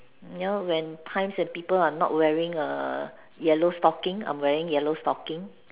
you know when times when people are not wearing err yellow stockings I'm wearing stockings